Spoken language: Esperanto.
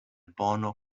bono